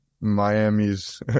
Miami's